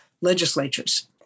legislatures